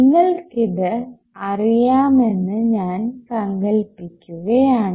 നിങ്ങൾക്കിത് അറിയാമെന്ന് ഞാൻ സങ്കൽപ്പിക്കുകയാണു